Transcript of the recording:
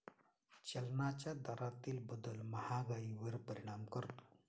चलनाच्या दरातील बदल महागाईवर परिणाम करतो